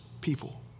people